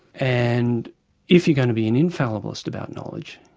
and if you're going to be an infalliblist about knowledge,